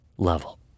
level